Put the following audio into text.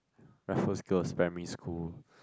Raffles-Girls' primary school